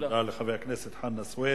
תודה לחבר הכנסת חנא סוייד.